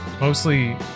Mostly